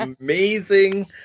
amazing